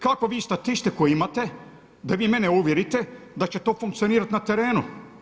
Kakvu vi statistiku imate da vi mene uvjerite da će to funkcionirati na terenu?